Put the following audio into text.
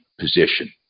position